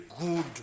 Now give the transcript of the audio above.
good